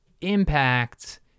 impact